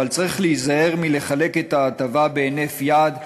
אבל צריך להיזהר מלחלק את ההטבה בהינף יד,